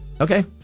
Okay